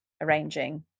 arranging